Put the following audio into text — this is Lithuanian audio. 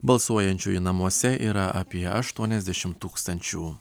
balsuojančiųjų namuose yra apie aštuoniasdešim tūkstančių